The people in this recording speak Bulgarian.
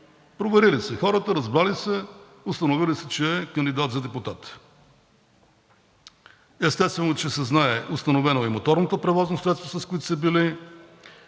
Проверили са хората, разбрали са, установили са, че е кандидат за депутат. Естествено, че се знае, установено е и моторното превозно средство, с което са били,